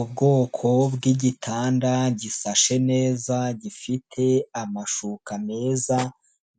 Ubwoko bw'igitanda gisashe neza gifite amashuka meza